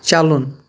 چلُن